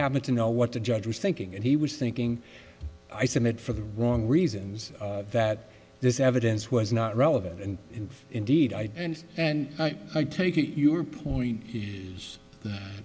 happen to know what the judge was thinking and he was thinking i said it for the wrong reasons that this evidence was not relevant and indeed i and and i take it your point is